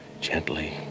Gently